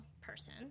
person